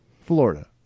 Florida